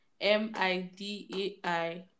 m-i-d-a-i